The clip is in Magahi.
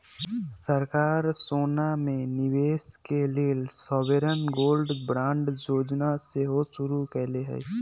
सरकार सोना में निवेश के लेल सॉवरेन गोल्ड बांड जोजना सेहो शुरु कयले हइ